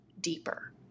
deeper